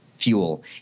fuel